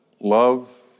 love